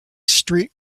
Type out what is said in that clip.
street